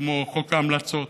כמו בחוק ההמלצות,